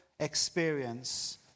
Experience